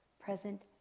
present